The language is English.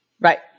Right